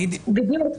בדיוק.